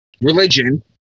religion